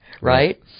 right